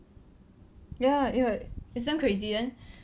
ya ya it's damn crazy then